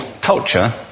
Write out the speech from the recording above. culture